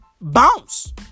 bounce